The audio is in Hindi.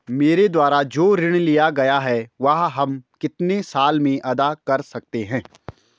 मेरे द्वारा जो ऋण लिया गया है वह हम कितने साल में अदा कर सकते हैं?